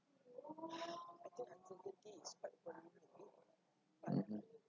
mmhmm